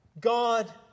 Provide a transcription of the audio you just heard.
God